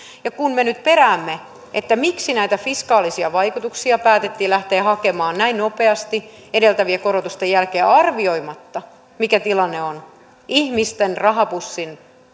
kun me nyt peräämme miksi näitä fiskaalisia vaikutuksia päätettiin lähteä hakemaan näin nopeasti edeltävien korotusten jälkeen arvioimatta mikä tilanne on ihmisten rahapussin